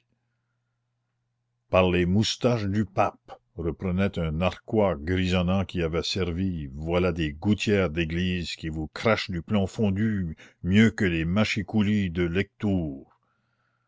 par les moustaches du pape reprenait un narquois grisonnant qui avait servi voilà des gouttières d'églises qui vous crachent du plomb fondu mieux que les mâchicoulis de lectoure